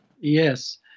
Yes